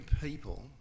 people